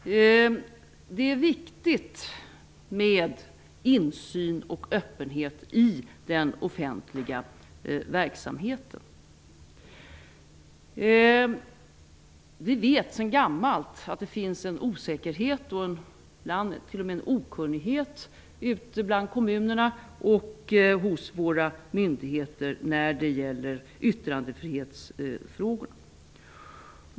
Det är viktigt med insyn och öppenhet i den offentliga verksamheten. Vi vet sedan gammalt att det finns en osäkerhet och ibland t.o.m. en okunnighet ute bland kommunerna och hos våra myndigheter när det gäller yttrandefrihetsfrågorna.